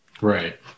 Right